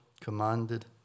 commanded